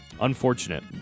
Unfortunate